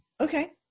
Okay